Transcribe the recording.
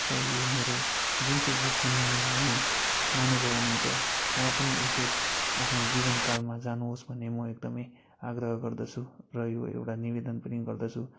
र यो मेरो जुन चाहिँ यो सुन्नु हुने महानुभाव हुनुहुन्छ उहाँ पनि एकखेप आफ्नो जीवनकालमा जानुहोस् भन्ने म एकदमै आग्रह गर्दछु र यो एउटा निवेदन पनि गर्दछु